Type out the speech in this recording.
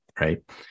Right